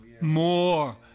more